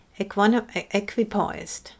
equipoised